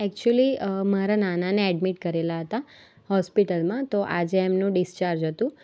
actually મારા નાનાને admit કરેલા હતા હોસ્પિટલમાં તો આજે એમનું ડિસ્ચાર્જ હતું